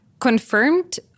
confirmed